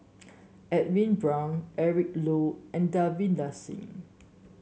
Edwin Brown Eric Low and Davinder Singh